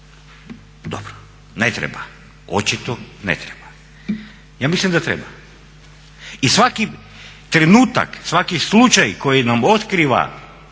Dobro ne treba, očito ne treba, ja mislim da treba. I svaki trenutak, svaki slučaj koji nam otkriva